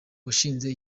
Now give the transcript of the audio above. washinze